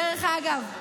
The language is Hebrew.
דרך אגב,